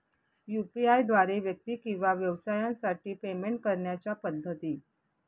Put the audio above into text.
UPI द्वारे व्यक्ती किंवा व्यवसायांसाठी पेमेंट करण्याच्या पद्धती